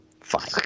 Fine